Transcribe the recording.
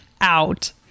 out